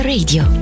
Radio